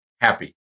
Happy